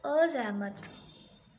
असैह्मत